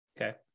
okay